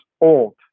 old